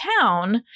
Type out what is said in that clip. town